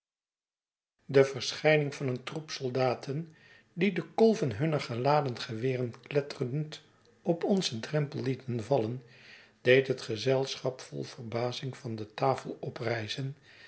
de verschijning van een troep soldaten die de kolven hunner geladen geweren kletterend op onzen drempel lieten vallen deed het gezelschap vol verbazing van de tafel